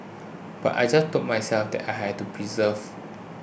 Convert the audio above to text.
but I just told myself that I had to persevere